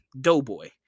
Doughboy